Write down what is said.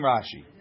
Rashi